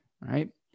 right